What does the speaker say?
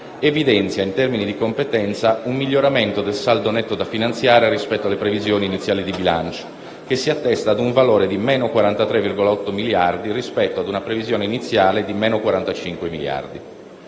evidenzia, in termini di competenza, un miglioramento del saldo netto da finanziare rispetto alle previsioni iniziali di bilancio che si attesta a un valore di meno 43,8 miliardi, rispetto a una previsione iniziale di meno 45 miliardi.